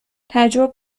تعجب